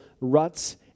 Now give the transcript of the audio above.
ruts